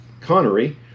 Connery